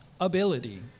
ability